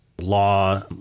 law